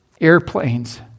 airplanes